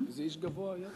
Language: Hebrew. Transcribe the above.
איזה איש גבוה היה פה?